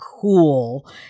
cool